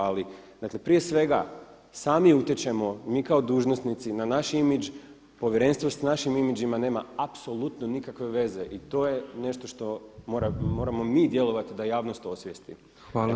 Ali dakle prije svega sami utječemo mi kao dužnosnici na naš imidž, povjerenstvo s našim imidžima nema apsolutno nikakve veze i to je nešto što moramo mi djelovati da javnost osvijestimo.